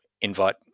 invite